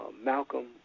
Malcolm